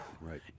Right